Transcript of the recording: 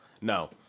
No